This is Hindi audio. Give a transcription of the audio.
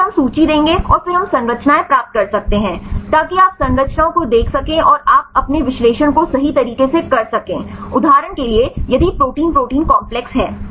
तो फिर हम सूची देंगे और फिर हम संरचनाएं प्राप्त कर सकते हैं ताकि आप संरचनाओं को देख सकें और आप अपने विश्लेषण को सही तरीके से कर सकें उदाहरण के लिए यदि प्रोटीन प्रोटीन कॉम्प्लेक्स हैं